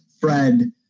Fred